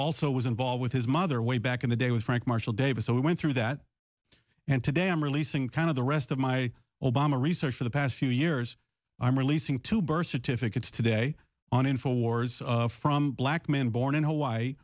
also was involved with his mother way back in the day with frank marshall davis so we went through that and today i'm releasing kind of the rest of my obama research for the past few years i'm releasing two birth certificates today on info wars from black men born in hawaii